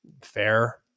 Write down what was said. Fair